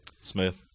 Smith